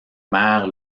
maire